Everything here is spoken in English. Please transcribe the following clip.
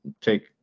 take